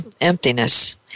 emptiness